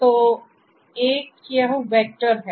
तो एक यह वेक्टर है